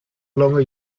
longer